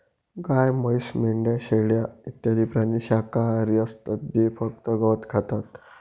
गाय, म्हैस, मेंढ्या, शेळ्या इत्यादी प्राणी शाकाहारी असतात ते फक्त गवत खातात